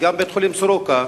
וגם בית-חולים "סורוקה",